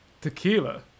tequila